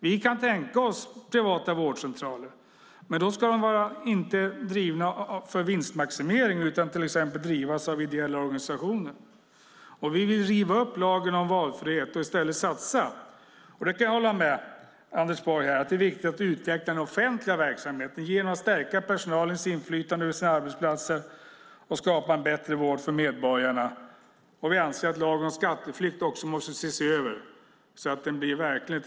Vi kan tänka oss privata vårdcentraler, men då ska de inte vara drivna för vinstmaximering utan drivas av till exempel ideella organisationer. Vi vill riva upp lagen om valfrihet och i stället satsa. Jag kan hålla med Anders Borg om att det är viktigt att utveckla den offentliga verksamheten genom att stärka personalens inflytande över sina arbetsplatser och skapa en bättre vård för medborgarna. Vi anser att lagen om skatteflykt också måste ses över så att den blir verklighet.